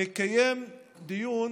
נקיים דיון